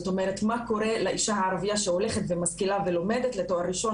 מה קורה לאישה הערבייה שמשכילה ולומדת לתואר ראשון